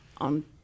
on